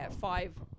five